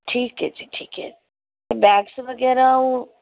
ਠੀਕ ਐ ਜੀ ਠੀਕ ਐ ਅਤੇ ਬੈਗਸ ਵਗੈਰਾ ਉਹ